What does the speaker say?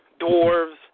dwarves